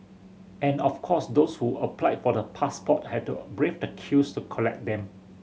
and of course those who applied for the passport had to brave the queues to collect them